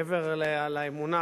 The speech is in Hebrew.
מעבר לאמונה,